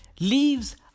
leaves